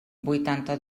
vuitanta